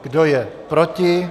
Kdo je proti?